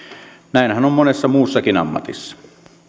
näinhän on monessa muussakin ammatissa